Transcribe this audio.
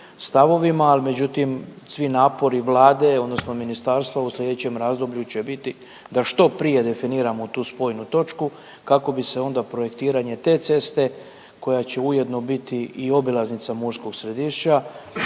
stavovima međutim svi napori Vlade odnosno ministarstva u slijedećem razdoblju će biti da što prije definiramo tu spojnu točku kako bi se onda projektiranje te ceste koja će ujedno biti i obilaznica Murskog Središća.